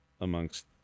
amongst